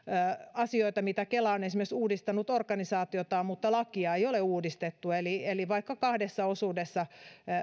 asioita mitä kela on tehnyt esimerkiksi uudistanut organisaatiotaan mutta lakia ei ole uudistettu eli jos vaikka kahdessa osuudessa